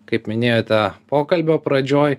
kaip minėjote pokalbio pradžioj